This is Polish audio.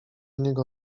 niego